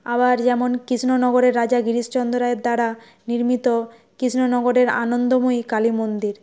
আবার যেমন কৃষ্ণনগরের রাজা গিরিশচন্দ্র রায়ের দ্বারা নির্মিত কৃষ্ণনগরের আনন্দময়ী কালী মন্দির